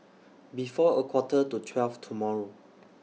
before A Quarter to twelve tomorrow